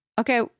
Okay